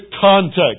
context